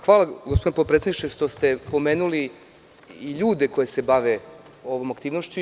Hvala gospodine potpredsedniče što ste pomenuli i ljude koji se bave ovom aktivnošću.